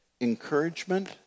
encouragement